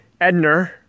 Edner